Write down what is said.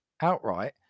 outright